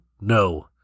no